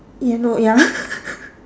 ya no ya